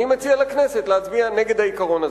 אני מציע לכנסת להצביע נגד העיקרון הזה.